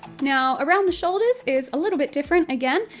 now around the shoulders is a little bit different again,